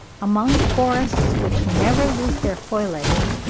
among forests which never lose their foliage,